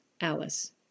Alice